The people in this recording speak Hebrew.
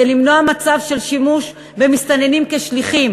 כדי למנוע מצב של שימוש במסתננים כשליחים